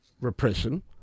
repression